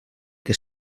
què